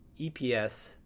EPS